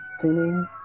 tuning